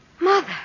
Mother